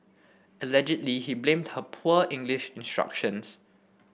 allegedly he blamed her poor English instructions